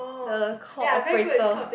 the call operator